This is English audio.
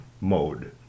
mode